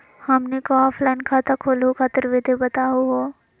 हमनी क ऑफलाइन खाता खोलहु खातिर विधि बताहु हो?